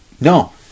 No